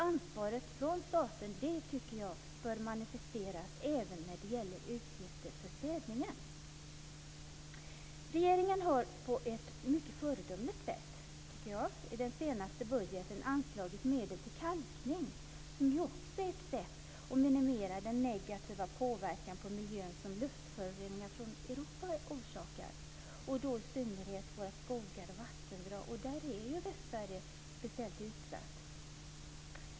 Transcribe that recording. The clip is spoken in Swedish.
Ansvaret från staten bör manifesteras även när det gäller utgifter för städningen. Regeringen har på ett mycket föredömligt sätt i den senaste budgeten anslagit medel till kalkning, som ju också är ett sätt att minimera den negativa påverkan på miljön som luftföroreningar i Europa orsakar. Det gäller då i synnerhet våra skogar och vattendrag. Där är Västsverige speciellt utsatt.